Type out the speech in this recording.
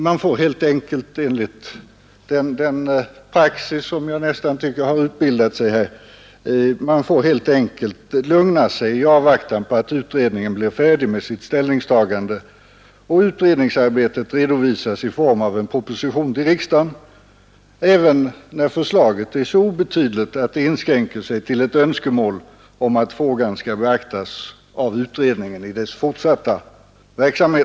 Man får helt enkelt enligt den praxis som jag tycker är nära nog fast utbildad lugna sig i avvaktan på att utredningen blir färdig med sitt ställningstagande och utredningsarbetet är redovisat i form av proposition till riksdagen — även när förslaget är så obetydligt att det inskränker sig till ett önskemål att frågan skall beaktas av utredningen i dess fortsatta verksamhet.